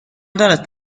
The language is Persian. دارد